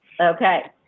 Okay